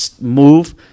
move